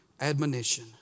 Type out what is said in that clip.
admonition